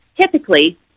typically